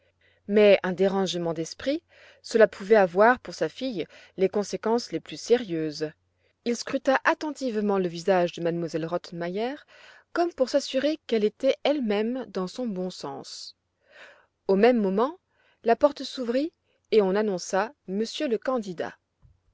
mais un dérangement d'esprit cela pouvait avoir pour sa fille les conséquences les plus sérieuses il scruta attentivement le visage de m elle rottenmeier comme pour s'assurer qu'elle était elle-même dans son bon sens au même moment la porte s'ouvrit et on annonça monsieur le candidat